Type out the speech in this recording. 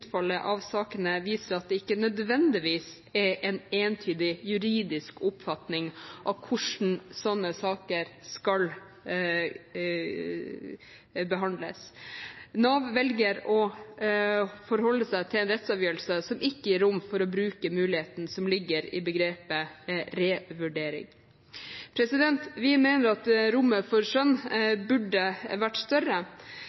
utfallet av sakene viser at det ikke nødvendigvis er en entydig juridisk oppfatning av hvordan slike saker skal behandles. Nav velger å forholde seg til en rettsavgjørelse som ikke gir rom for å bruke muligheten som ligger i begrepet revurdering. Vi mener at rommet for skjønn burde vært større.